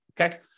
Okay